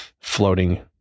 floating